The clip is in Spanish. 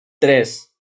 tres